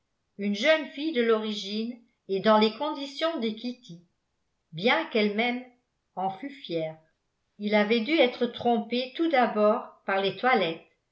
connue une jeune fille de l'origine et dans les conditions de kitty bien qu'elle-même en fût fière il avait dû être trompé tout d'abord par les toilettes